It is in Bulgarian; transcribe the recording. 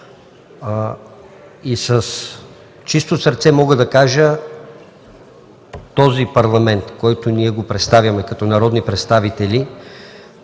С чисто сърце мога да кажа, че този Парламент, който ние представяме като народни представители,